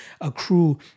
accrue